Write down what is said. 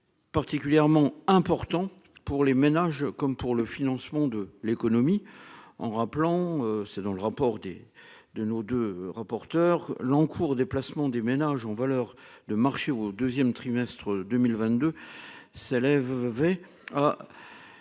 Particulièrement important pour les ménages, comme pour le financement de l'économie en rappelant, selon le rapport des de nos deux rapporteurs, l'encours des placements des ménages ont valeur de marché au 2ème trimestre 2022 s'élève